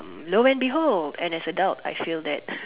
lo and behold and as adult I feel that